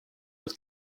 was